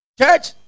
church